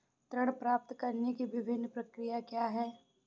ऋण प्राप्त करने की विभिन्न प्रक्रिया क्या हैं?